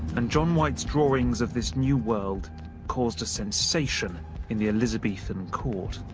and john white's drawings of this new world caused a sensation in the elizabethan court.